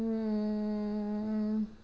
mm